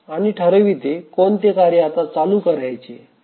आणि ठरविते कोणते कार्य आता चालू करायचे